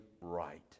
right